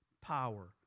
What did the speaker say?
power